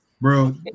Bro